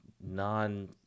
non